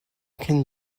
can